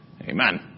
Amen